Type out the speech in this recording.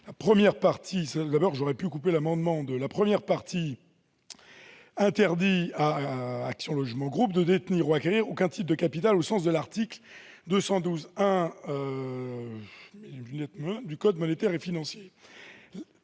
amendement vise à interdire à Action Logement Groupe de « détenir ou acquérir aucun titre de capital au sens de l'article L. 212-1-A du code monétaire et financier